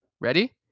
Ready